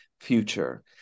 future